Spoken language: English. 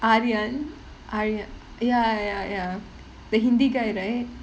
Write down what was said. aryan ary~ ya ya ya the hindi guy right